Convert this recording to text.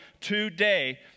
today